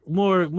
more